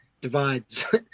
divides